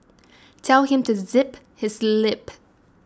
tell him to zip his lip